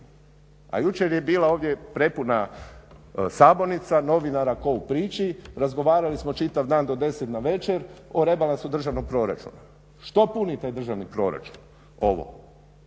A jučer je bila ovdje prepuna sabornica novinara ko u priči, razgovarali smo čitav dan do 10 navečer o rebalansu državnog proračuna. što puni taj državni proračun? Ovo,